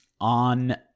on